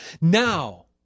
Now